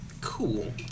Cool